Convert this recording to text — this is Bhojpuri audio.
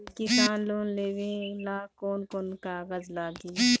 किसान लोन लेबे ला कौन कौन कागज लागि?